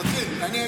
תתחיל.